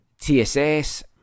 TSS